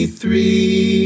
three